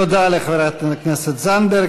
תודה לחברת הכנסת זנדברג.